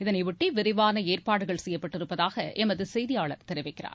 இதனையொட்டி விரிவான ஏற்பாடுகள் செய்யப்பட்டிருப்பதாக எமது செய்தியாளர் தெரிவிக்கிறார்